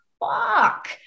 fuck